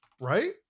Right